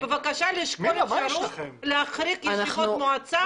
בבקשה לשקול אפשרות להחריג ישיבות מועצה